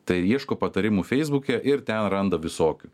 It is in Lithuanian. tai ieško patarimų feisbuke ir ten randa visokių